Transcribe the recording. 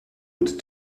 would